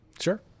Sure